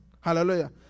Hallelujah